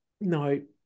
No